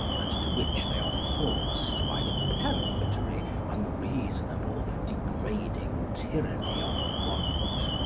and to which they are forced by the peremptory, unreasonable, degrading tyranny of want.